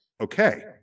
Okay